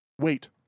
wait